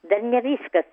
dar ne viskas